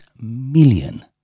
million